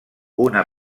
una